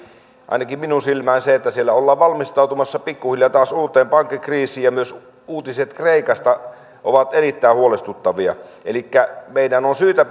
ainakin minun silmääni se että siellä ollaan valmistautumassa pikku hiljaa taas uuteen pankkikriisiin ja myös uutiset kreikasta ovat erittäin huolestuttavia elikkä meidän on syytä